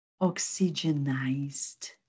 oxygenized